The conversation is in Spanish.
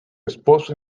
esposo